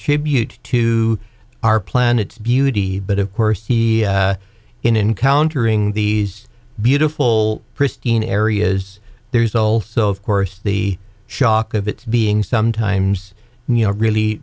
tribute to our planet's beauty but of course he in countering these beautiful pristine areas there's also of course the shock of it being sometimes you know really